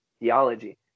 theology